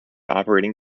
operating